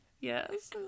Yes